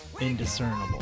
indiscernible